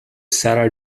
sarah